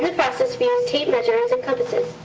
process, we used tape measures and compasses.